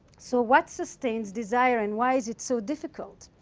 so what sustains desire, and why is it so difficult?